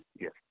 Yes